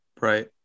Right